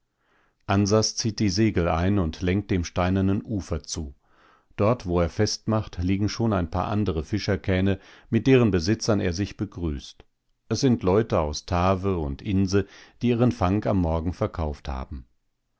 ansas zieht die segel ein und lenkt dem steinernen ufer zu dort wo er festmacht liegen schon ein paar andere fischerkähne mit deren besitzern er sich begrüßt es sind leute aus tawe und inse die ihren fang am morgen verkauft haben